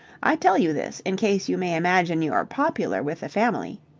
i tell you this in case you may imagine you're popular with the family.